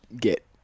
get